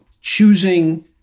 choosing